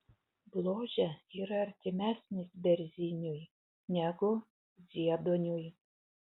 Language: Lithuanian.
bložė yra artimesnis berziniui negu zieduoniui